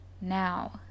Now